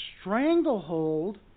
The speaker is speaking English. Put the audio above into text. stranglehold